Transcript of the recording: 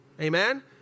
amen